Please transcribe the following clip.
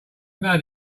mad